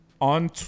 on